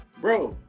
bro